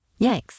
Yikes